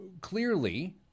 clearly